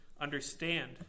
understand